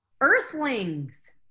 Earthlings